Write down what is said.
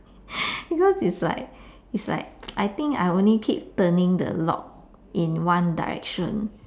because it's like it's like I think I only keep turning the lock in one direction